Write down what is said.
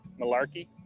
malarkey